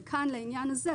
כאן לעניין הזה,